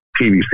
PVC